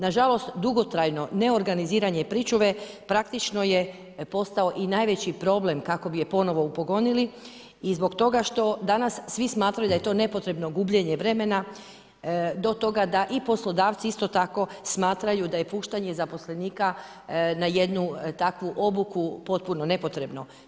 Nažalost dugotrajno neorganiziranje pričuve praktično je postao i najveći problem kako bi je ponovo upogonili i zbog toga što danas svi smatraju da je to nepotrebno gubljenje vremena do toga da i poslodavci isto tako smatraju da je puštanje zaposlenika na jednu takvu obuku potpuno nepotrebno.